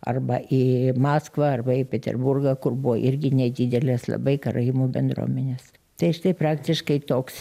arba į maskvą arba į peterburgą kur buvo irgi nedidelės labai karaimų bendruomenės tai štai praktiškai toks